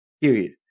Period